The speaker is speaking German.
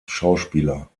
schauspieler